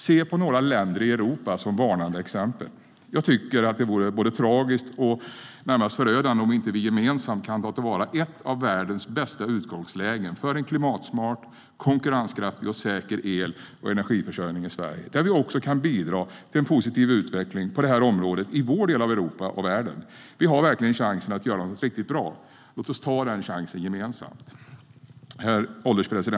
Se några länder i Europa som varnande exempel. STYLEREF Kantrubrik \* MERGEFORMAT Redovisning av elnätsverksamhetHerr ålderspresident!